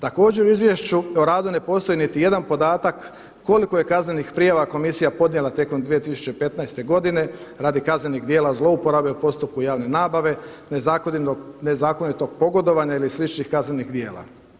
Također u izvješću o radu ne postoji niti jedan podatak koliko je kaznenih prijava komisija podnijela tijekom 2015. godine radi kaznenih djela zlouporabe u postupku javne nabave, nezakonitog pogodovanja ili sličnih kaznenih djela.